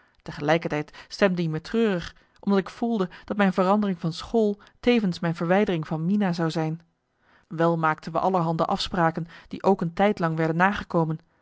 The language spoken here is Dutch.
tegelijkertijd stemde i me treurig omdat ik voelde dat mijn verandering van school tevens mijn verwijdering van mina zou zijn wel maakten we allerhande afspraken die ook een tijdlang werden nagekomen